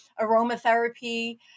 aromatherapy